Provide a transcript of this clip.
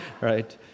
right